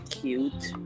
cute